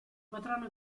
potranno